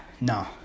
no